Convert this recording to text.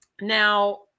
Now